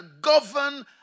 govern